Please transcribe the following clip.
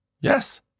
Yes